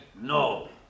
No